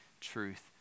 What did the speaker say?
truth